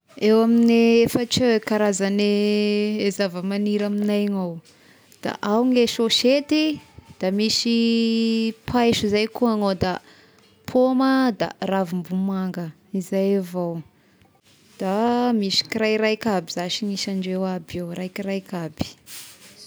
Eo amin'gne efatra eo karazagne i zavamagniry amignay igny ao, da gne sôsety, da misy paiso zay ko agny ao, da pôma, da ravim-bomanga, izay avao, da misy kirairaika aby zashy ny isandreo aby io, raikiraiky aby